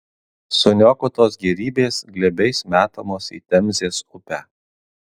suniokotos gėrybės glėbiais metamos į temzės upę